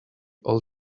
all